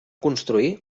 construir